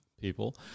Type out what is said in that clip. people